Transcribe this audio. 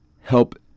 help